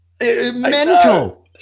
Mental